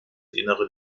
innere